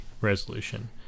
resolution